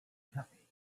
happy